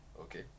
Okay